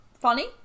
funny